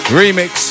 remix